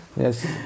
Yes